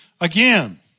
again